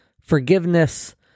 forgiveness